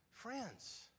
Friends